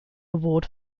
award